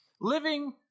Living